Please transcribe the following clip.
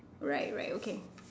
right right okay